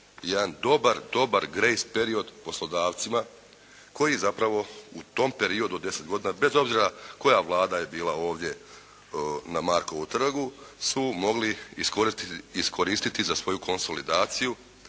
jedan dobar, dobar «grace» period poslodavcima koji zapravo u tom periodu od 10 godina bez obzira koja vlada je bila ovdje na Markovu trgu su mogli iskoristiti za svoju konsolidaciju